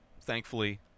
Thankfully